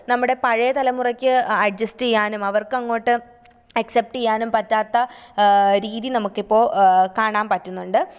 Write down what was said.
നമ്മുടെ പഴയ തലമുറയ്ക്ക് അഡ്ജസ്ട് ചെയ്യാനും അവർക്കങ്ങോട്ട് ആക്സെപ്റ്റ് ചെയ്യാനും പറ്റാത്ത രീതി നമുക്കിപ്പോൾ കാണാൻ പറ്റുന്നുണ്ട്